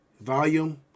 volume